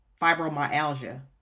fibromyalgia